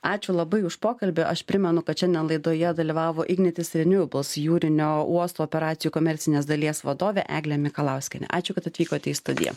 ačiū labai už pokalbį aš primenu kad šiandien laidoje dalyvavo ignitis renewables jūrinio uosto operacijų komercinės dalies vadovė eglė mikalauskienė ačiū kad atvykote į studiją